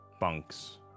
bunks